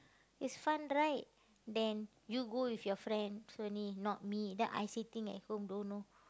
it's fun right then you go with your friends only not me then I sitting at home don't know